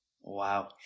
wow